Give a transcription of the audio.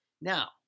Now